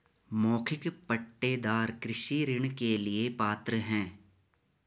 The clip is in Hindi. मौखिक पट्टेदार कृषि ऋण के लिए पात्र हैं